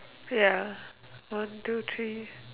ya one two three